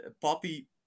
Poppy